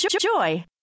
Joy